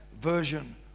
version